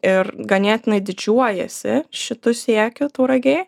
ir ganėtinai didžiuojasi šitu siekiu tauragė